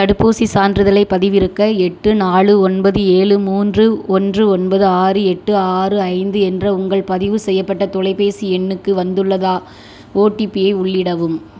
தடுப்பூசி சான்றிதழைப் பதிவிறக்க எட்டு நாலு ஒன்பது ஏழு மூன்று ஒன்று ஒன்பது ஆறு எட்டு ஆறு ஐந்து என்ற உங்கள் பதிவு செய்யப்பட்ட தொலைபேசி எண்ணுக்கு வந்துள்ளதா ஓடிபியை உள்ளிடவும்